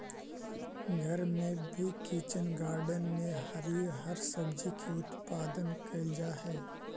घर में भी किचन गार्डन में हरिअर सब्जी के उत्पादन कैइल जा हई